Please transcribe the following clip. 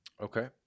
Okay